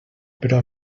però